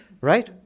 Right